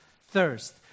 thirst